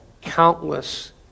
countless